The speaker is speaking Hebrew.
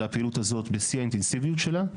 הפעילות הזאת בשיא האינטנסיביות שלה.